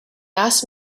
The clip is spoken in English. asked